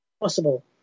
possible